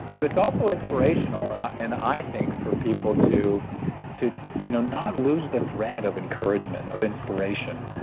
but it's also inspirational and i and i think for people to to you know not lose the thread of encouragement, of inspiration,